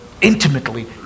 Intimately